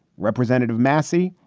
representative massey,